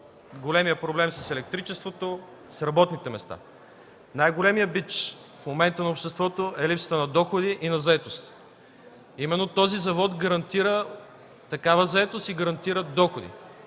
големият проблем с електричеството, с работни места. Най-големият бич в момента в обществото е липсата на доходи и на заетост. Именно този завод гарантира такава заетост и доходи.